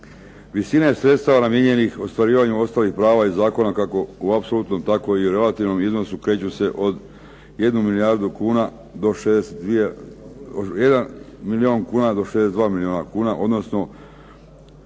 Visine sredstava namijenjenih ostvarivanju ostalih prava iz zakona kako u apsolutnom tako i relativnom iznosu kreću se od 1 milijun kuna do 62 milijuna kuna, odnosno